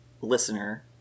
listener